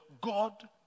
God